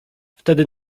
wtedy